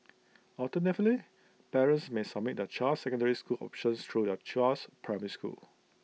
alternatively parents may submit their child's secondary school options through their child's primary school